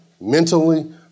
mentally